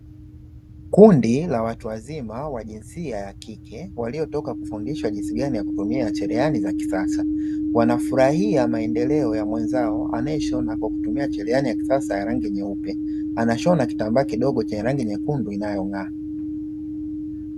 Kundi la watu wazima wa jinsia ya kike waliotoka kufundishwa jinsi ya kutumia cherehani za kisasa. Wanafurahia maendeleo ya mwenzao anayeshona kwa kutumia cherehani ya kisasa ya rangi nyeupe, anashona kitambaa kidogo chenye rangi nyekundu inayong'aa.